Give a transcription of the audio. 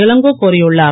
இனங்கோ கோரியுள்ளார்